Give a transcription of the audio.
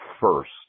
first